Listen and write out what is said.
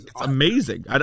amazing